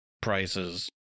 prices